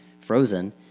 frozen